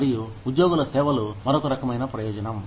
మరియు ఉద్యోగుల సేవలు మరొక రకమైన ప్రయోజనం